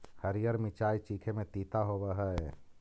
हरीअर मिचाई चीखे में तीता होब हई